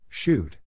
Shoot